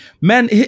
man